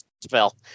spell